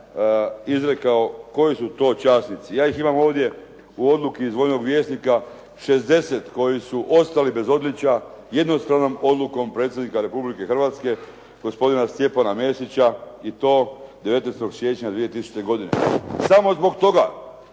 izrekao koji su to časnici. Ja ih imam ovdje u odluci iz "Vojnog vjesnika" 60 koji su ostali bez odličja jednostavnom odlukom predsjednika Republike Hrvatske gospodina Stjepana Mesića i to 19. siječnja 2000. godine. Samo zbog toga